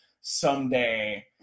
someday